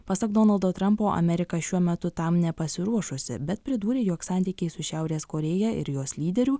pasak donaldo trampo amerika šiuo metu tam nepasiruošusi bet pridūrė jog santykiai su šiaurės korėja ir jos lyderiu